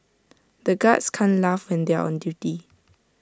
the guards can't laugh when they are on duty